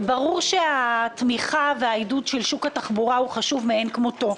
ברור שהתמיכה והעידוד של שוק התחבורה חשוב מאין כמותו,